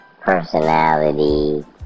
personality